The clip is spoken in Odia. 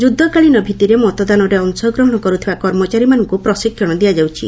ଯୁଦ୍ଧକାଳୀନ ଭିଭିରେ ମତଦାନରେ ଅଂଶଗ୍ରହଣ କରୁଥିବା କର୍ମଚାରୀମାନଙ୍କୁ ପ୍ରଶିକ୍ଷଣ ଦିଆଯାଉଛି